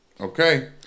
Okay